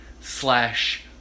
slash